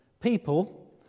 people